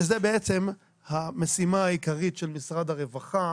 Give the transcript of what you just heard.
שזה בעצם המשימה העיקרית של משרד הרווחה